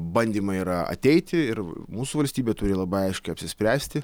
bandymai yra ateiti ir mūsų valstybė turi labai aiškiai apsispręsti